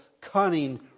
cunning